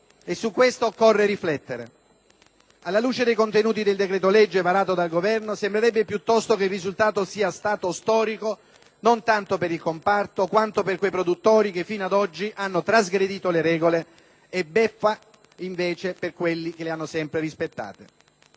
su cui occorre riflettere. Alla luce dei contenuti del decreto-legge varato dal Governo sembrerebbe piuttosto che il risultato sia stato storico non tanto per il comparto, quanto per quei produttori che fino ad oggi hanno trasgredito le regole, a beffa di quelli che invece le hanno sempre rispettate.